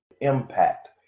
impact